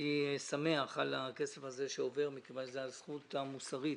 אני שמח על הכסף הזה שעובר מכיוון שזאת החובה המוסרית